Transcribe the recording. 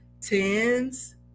tens